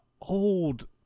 old